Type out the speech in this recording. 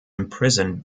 imprisoned